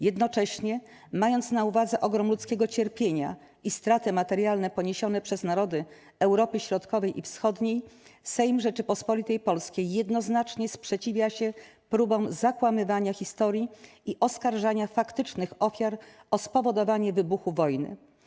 Jednocześnie, mając na uwadze ogrom ludzkiego cierpienia i straty materialne poniesione przez narody Europy Środkowej i Wschodniej, Sejm Rzeczypospolitej Polskiej jednoznacznie sprzeciwia się próbom zakłamywania historii i oskarżania faktycznych ofiar o spowodowanie wybuchu wojny.